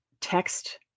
text